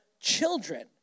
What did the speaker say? children